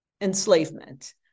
enslavement